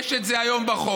יש את זה היום בחוק.